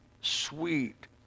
sweet